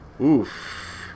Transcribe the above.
Oof